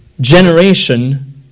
generation